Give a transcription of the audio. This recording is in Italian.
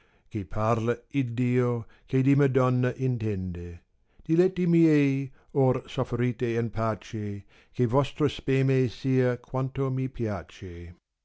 che parla iddio che di madonna intende diletti miei or sofferite in pace che vostra speme sia quanto mi piace